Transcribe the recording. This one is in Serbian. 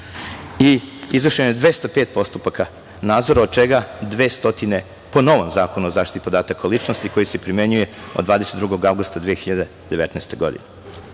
i izvršeno je 205 postupaka nadzora, od čega 200 po novom Zakonu o zaštiti podataka o ličnosti, koji se primenjuje od 22. avgusta 2019.